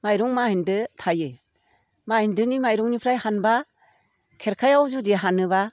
माइरं मा होन्दो थायो माइन्दोनि माइरंनिफ्राय हानबा खेरखायाव जुदि हानोबा